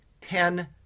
ten